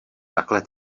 takhle